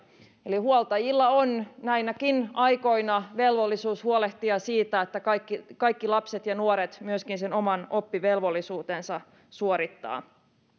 eli huoltajilla on näinäkin aikoina velvollisuus huolehtia siitä että kaikki kaikki lapset ja nuoret sen oman oppivelvollisuutensa suorittavat